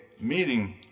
meeting